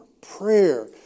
prayer